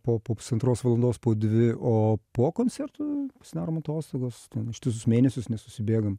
po po pusantros valandos po dvi o po koncertų pasidarom atostogas ištisus mėnesius nesusibėgam